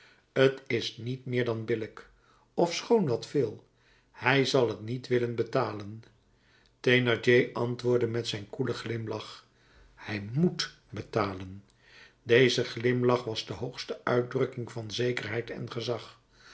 t is niet meer dan billijk ofschoon wat veel hij zal t niet willen betalen thénardier antwoordde met zijn koelen glimlach hij moet betalen deze glimlach was de hoogste uitdrukking van zekerheid en gezag